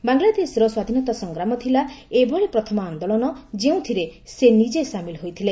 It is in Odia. ବାଂଲାଦେଶର ସ୍ୱାଧୀନତା ସଂଗ୍ରାମ ଥିଲା ଏଭଳି ପ୍ରଥମ ଆନ୍ଦୋଳନ ଯେଉଁଥିରେ ସେ ନିଜେ ସାମିଲ ହୋଇଥିଲେ